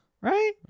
Right